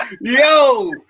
yo